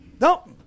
Nope